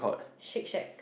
Shake-Shack